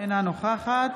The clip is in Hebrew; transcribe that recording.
אינה נוכחת